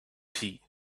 tea